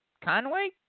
Conway